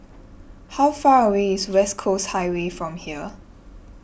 how far away is West Coast Highway from here